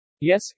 Yes